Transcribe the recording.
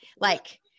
like-